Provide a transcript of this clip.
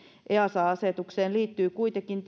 easa asetukseen liittyy kuitenkin